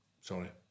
Sorry